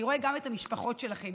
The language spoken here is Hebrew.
אני רואה גם את המשפחות שלכם,